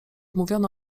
mówiono